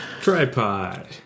Tripod